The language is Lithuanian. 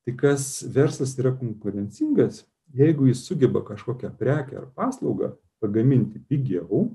tai kas verslas yra konkurencingas jeigu jis sugeba kažkokią prekę ar paslaugą pagaminti pigiau